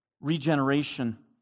Regeneration